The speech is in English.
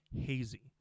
hazy